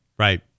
Right